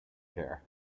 care